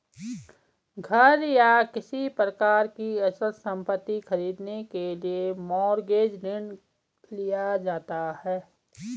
घर या किसी प्रकार की अचल संपत्ति खरीदने के लिए मॉरगेज ऋण लिया जाता है